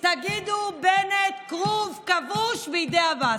תגידו: בנט כרוב כבוש בידי עבאס.